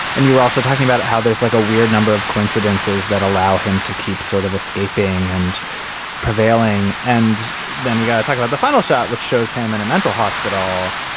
and you were also talking about how there's like a weird number of coincidences that allow him to keep sort of escaping and prevailing and then we got to talk about the final shot which shows him in a mental hospital.